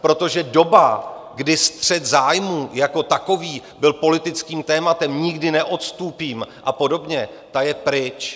Protože doba, kdy střet zájmů jako takový byl politickým tématem, nikdy neodstúpim a podobně, ta je pryč.